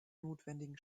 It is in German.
notwendigen